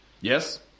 yes